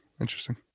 Interesting